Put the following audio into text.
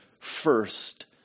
first